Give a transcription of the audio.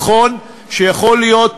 נכון שיכולים להיות